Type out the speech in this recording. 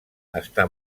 està